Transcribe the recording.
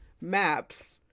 maps